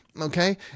okay